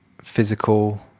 physical